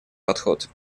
подход